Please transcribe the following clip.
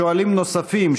שואלים נוספים,